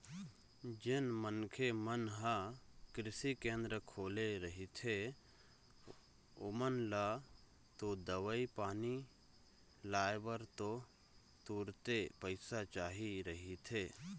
जेन मनखे मन ह कृषि केंद्र खोले रहिथे ओमन ल तो दवई पानी लाय बर तो तुरते पइसा चाही रहिथे